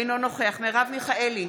אינו נוכח מרב מיכאלי,